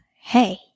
hey